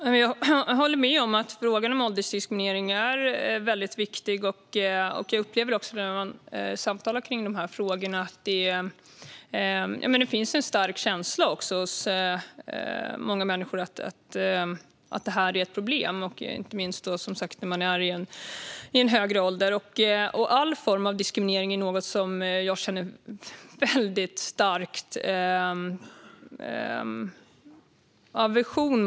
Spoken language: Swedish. Fru talman! Jag håller med om att frågan om åldersdiskriminering är väldigt viktig. När jag samtalar om de här frågorna upplever jag att det hos många människor finns en stark känsla av att detta är ett problem, inte minst som sagt när man är i en högre ålder. Jag känner väldigt stark aversion mot alla former av diskriminering.